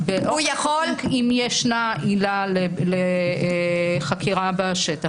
הוא יכול אם יש עילה לחקירה בשטח.